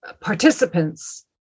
participants